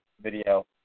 video